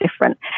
different